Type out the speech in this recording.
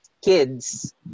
kids